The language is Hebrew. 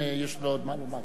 אם יש לו עוד מה לומר.